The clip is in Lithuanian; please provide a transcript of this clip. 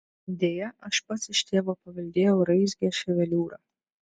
deja aš pats iš tėvo paveldėjau raizgią ševeliūrą